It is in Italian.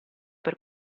per